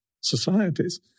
societies